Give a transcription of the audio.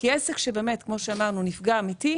עסק שנפגע אמיתית